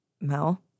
Mel